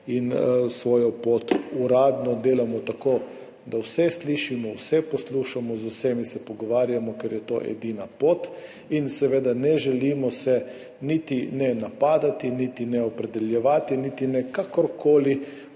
Svojo pot uradno delamo tako, da vse slišimo, vse poslušamo, z vsemi se pogovarjamo, ker je to edina pot, in ne želimo niti napadati niti opredeljevati niti kakorkoli.